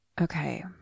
okay